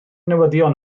newyddion